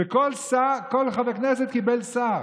וכל חבר כנסת יקבל שר.